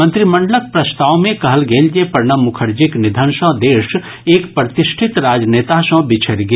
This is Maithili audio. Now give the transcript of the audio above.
मंत्रीमंडलक प्रस्ताव मे कहल गेल जे प्रणब मुखर्जीक निधन सँ देश एक प्रतिष्ठित राज नेता सँ बिछड़ि गेल